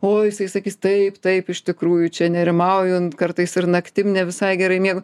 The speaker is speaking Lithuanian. o jisai sakys taip taip iš tikrųjų čia nerimauju kartais ir naktim ne visai gerai miegu